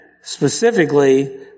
specifically